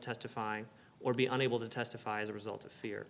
testifying or be unable to testify as a result of fear